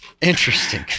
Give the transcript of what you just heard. Interesting